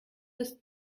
des